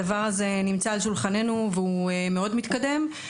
הדבר הזה נמצא על שולחננו והוא מאוד מתקדם.